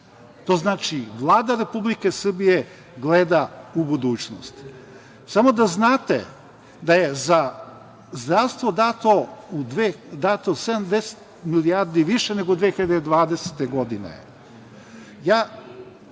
To znači da Vlada Republike Srbije gleda u budućnost. Samo da znate da je za zdravstvo dato 70 milijardi više nego u 2020.